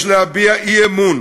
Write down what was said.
יש להביע אי-אמון